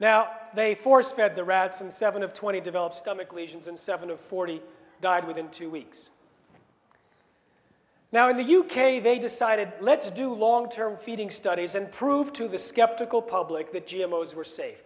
now they force fed the rats and seven of twenty developed stomach lesions and seven of forty died within two weeks now in the u k they decided let's do long term feeding studies and prove to the skeptical public that g m o is were safe